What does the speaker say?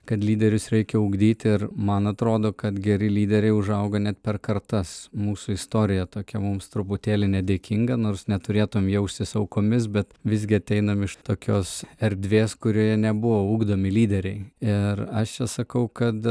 kad lyderius reikia ugdyti ir man atrodo kad geri lyderiai užauga net per kartas mūsų istorija tokia mums truputėlį nedėkinga nors neturėtum jaustis aukomis bet visgi ateinam iš tokios erdvės kurioje nebuvo ugdomi lyderiai ir aš čia sakau kad